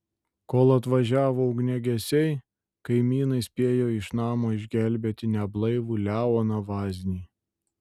kol atvažiavo ugniagesiai kaimynai spėjo iš namo išgelbėti neblaivų leoną vaznį